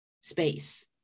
space